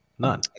None